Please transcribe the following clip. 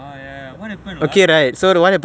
what happen ah